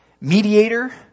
Mediator